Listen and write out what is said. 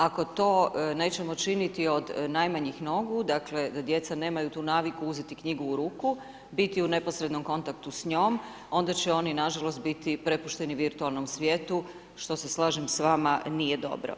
Ako to nećemo činiti od najmanjih nogu, dakle da djeca nemaju tu naviku uzeti knjigu u ruku, biti u neposrednoj kontaktu s njom, onda će oni nažalost biti prepušteni virtualnom svijetu, što se slažem s vama nije dobro.